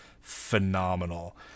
phenomenal